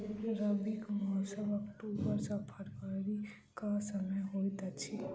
रबीक मौसम अक्टूबर सँ फरबरी क समय होइत अछि